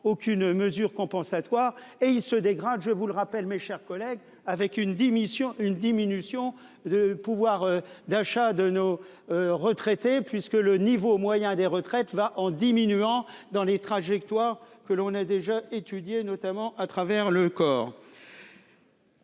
aucune mesure compensatoire et il se dégrade. Je vous le rappelle, mes chers collègues, avec une démission une diminution de pouvoir d'achat de nos. Retraités puisque le niveau moyen des retraites va en diminuant dans les trajectoires que l'on a déjà étudié notamment à travers le